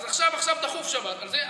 אז עכשיו עכשיו דחוף, בשבת.